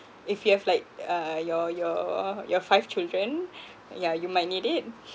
if you have like uh your your your five children yeah you might need it